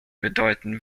bedeuten